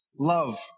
Love